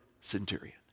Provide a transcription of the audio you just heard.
centurion